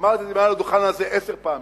אמרתי את זה מעל הדוכן הזה עשר פעמים,